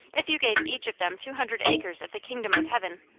if you gave each of them two hundred acres of the kingdom of heaven,